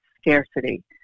scarcity